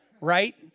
right